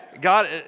God